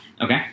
okay